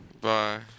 Bye